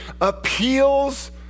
appeals